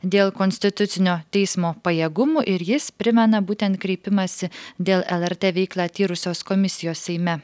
dėl konstitucinio teismo pajėgumų ir jis primena būtent kreipimąsi dėl lrt veiklą tyrusios komisijos seime